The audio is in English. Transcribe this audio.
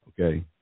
okay